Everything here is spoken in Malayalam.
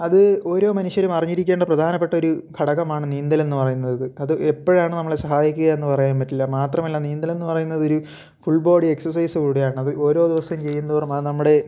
അത് ഓരോ മനുഷ്യരും അറിഞ്ഞിരിക്കേണ്ട പ്രധാനപ്പെട്ട ഒരു ഘടകമാണ് നീന്തലെന്ന് പറയുന്നത് അത് എപ്പോഴാണ് നമ്മളെ സഹായിക്കുകയെന്ന് പറയാൻ പറ്റില്ല മാത്രമല്ല നീന്തലെന്ന് പറയുന്നതൊരു ഫുൾ ബോഡി എക്സർസൈസ് കൂടിയാണത് ഓരോ ദിവസം ചെയ്യുന്തോറും അത് നമ്മുടെ